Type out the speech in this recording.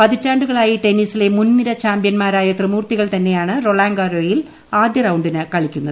പതിറ്റാണ്ടുകളായി ടെന്നീസിലെ മുൻനിര ചാമ്പ്യൻമാരായ ത്രിമൂർത്തികൾ തന്നെയാണ് റൊളാംഗ് ഗാരോയിൽ ആദ്യ റൌണ്ടിന് കളിക്കുന്നത്